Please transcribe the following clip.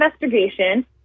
investigation